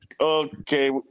okay